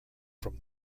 from